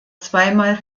zweimal